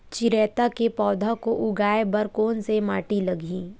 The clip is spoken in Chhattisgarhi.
चिरैता के पौधा को उगाए बर कोन से माटी लगही?